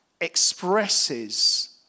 expresses